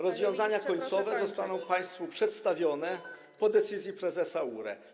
rozwiązania końcowe zostaną państwu przedstawione po decyzji prezesa URE.